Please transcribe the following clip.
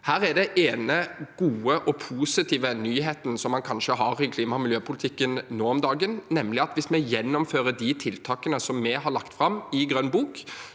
kanskje den ene gode, positive nyheten som man har i klima- og miljøpolitikken nå om dagen, nemlig at hvis vi gjennomfører de tiltakene som vi har lagt fram i grønn bok,